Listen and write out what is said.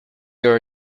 your